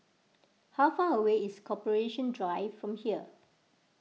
how far away is Corporation Drive from here